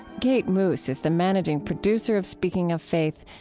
kate moos is the managing producer of speaking of faith.